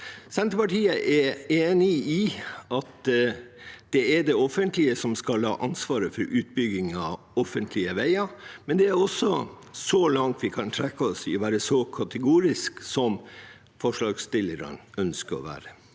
Senterpartiet er enig i at det er det offentlige som skal ha ansvaret for utbygging av offentlige veier, men det er også så langt vi kan strekke oss i å være så kategoriske som forslagsstillerne ønsker å være.